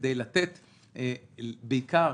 כדי לתת בעיקר